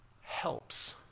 helps